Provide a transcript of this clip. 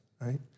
right